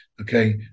okay